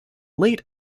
late